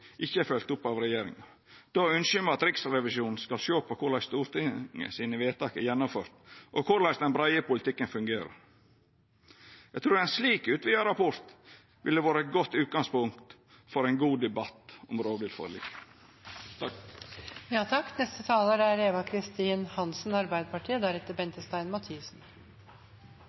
ikkje er følgt opp av regjeringa. Då ønskjer me at Riksrevisjonen skal sjå på korleis Stortingets vedtak er gjennomført, og korleis den breie politikken fungerer. Eg trur ein slik utvida rapport ville vore eit godt utgangspunkt for ein god debatt om rovviltforliket. Forvaltning av rovdyr er